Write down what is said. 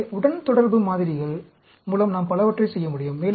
எனவே உடன்தொடர்பு மாதிரிகள் மூலம் நாம் பலவற்றைச் செய்ய முடியும்